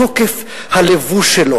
בתוקף הלבוש שלו,